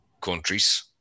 countries